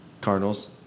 Cardinals